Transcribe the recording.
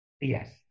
Yes